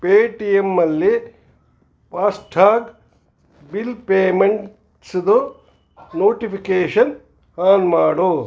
ಪೇಟಿಎಮ್ಮಲ್ಲಿ FASTag bill ಪೇಮೆಂಟ್ಸ್ದು notification on ಮಾಡು